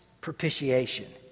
propitiation